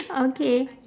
okay